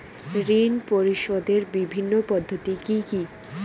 ঋণ পরিশোধের বিভিন্ন পদ্ধতি কি কি?